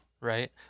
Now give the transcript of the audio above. Right